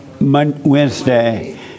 Wednesday